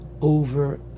over